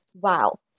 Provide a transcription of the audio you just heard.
wow